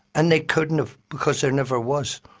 and they couldn't have, because there never was.